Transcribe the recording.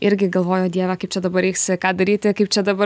irgi galvoju o dieve kaip čia dabar reiks ką daryti kaip čia dabar